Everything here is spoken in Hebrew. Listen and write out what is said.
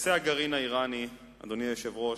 נושא הגרעין האירני, אדוני היושב-ראש,